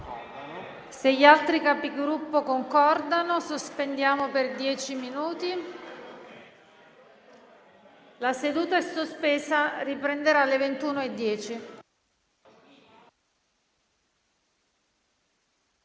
Se gli altri Capigruppo concordano, sospendiamo per dieci minuti. La seduta è sospesa. *(La seduta,